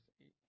eight